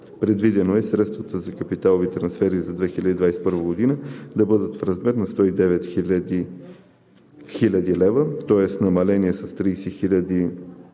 Предвидено е средствата за капиталови трансфери за 2021 г. да бъдат в размер на 109 000 хил. лв., тоест намаление с 30 000